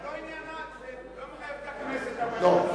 לא, זה לא עניינה, זה לא מחייב את הכנסת ל-45 יום.